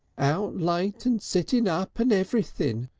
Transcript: out late and sitting up and everything.